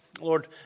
Lord